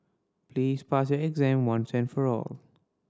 please pass your exam once and for all